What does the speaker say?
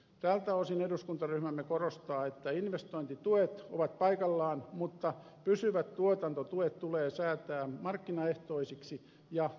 tältä osin eduskuntaryhmämme korostaa että investointituet ovat paikallaan mutta pysyvät tuotantotuet tulee säätää markkinaehtoisiksi ja tilapäisiksi